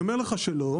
אני אומר לך שלא.